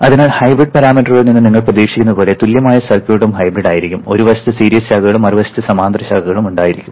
അതിനാൽ ഹൈബ്രിഡ് പാരാമീറ്ററുകളിൽ നിന്ന് നിങ്ങൾ പ്രതീക്ഷിക്കുന്നത് പോലെ തുല്യമായ സർക്യൂട്ടും ഹൈബ്രിഡ് ആയിരിക്കും ഒരു വശത്ത് സീരീസ് ശാഖകളും മറുവശത്ത് സമാന്തര ശാഖകളും ഉണ്ടാകും